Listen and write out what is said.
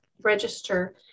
register